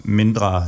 mindre